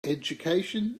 education